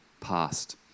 past